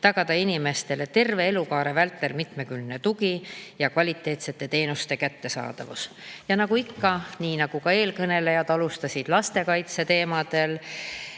tagada inimestele terve elukaare vältel mitmekülgne tugi ja kvaliteetsete teenuste kättesaadavus. Nagu eelkõnelejad alustasid lastekaitse teemadel,